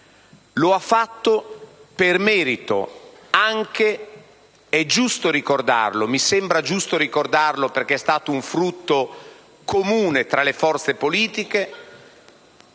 l'ha fatta per merito anche del Governo Monti - mi sembra giusto ricordarlo, perché è stato un frutto comune tra le forze politiche